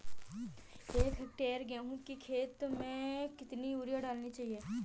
एक हेक्टेयर गेहूँ की खेत में कितनी यूरिया डालनी चाहिए?